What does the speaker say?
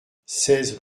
seize